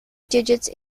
digits